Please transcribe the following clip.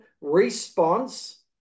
response